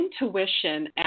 intuition